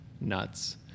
nuts